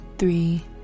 Three